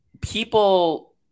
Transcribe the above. people